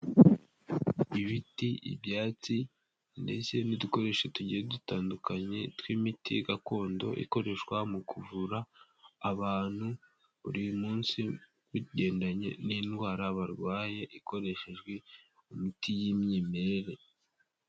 Ibiti, ibyatsi ndetse n'udukoresho tugiye dutandukanye tw'imiti gakondo ikoreshwa mu kuvura abantu buri munsi, bigendanye n'indwara barwaye ikoreshejwe mu imiti y'imyimerere.